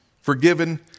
forgiven